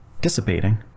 dissipating